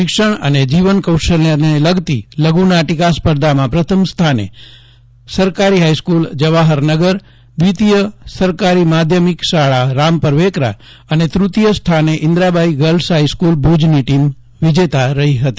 શિક્ષણ અને જીવન કૌશલ્યોને લગતી લઘુનાટિકા સ્પર્ધામાં પ્રથમ સ્થાને સરકારી હાઈસ્ક્રલ જવાહરનગર દ્વિતીય સરકારી માધ્યમિક શાળા રામપર વેકરા અને તૃતીય સ્થાને ઈન્દ્રાબાઈ ગર્લ્સ હાઈસ્કુલ ભુજની ટીમ વિજેતા રહી હતી